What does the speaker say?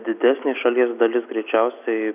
didesnė šalies dalis greičiausiai